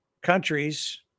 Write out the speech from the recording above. countries